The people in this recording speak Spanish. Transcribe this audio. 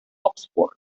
oxford